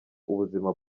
ubuzima